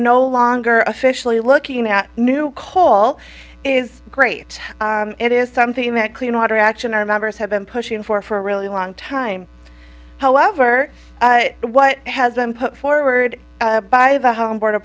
no longer officially looking at new coal is great it is something that clean water action our members have been pushing for for a really long time however what has been put forward by the